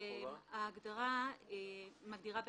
ההגדרה "תשלום חובה" מגדירה "אגרה,